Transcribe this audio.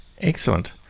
Excellent